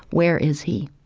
where is he?